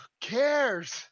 Cares